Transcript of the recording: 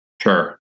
Sure